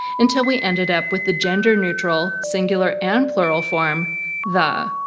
until we ended up with the gender-neutral, singular and plural form the.